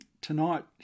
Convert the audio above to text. tonight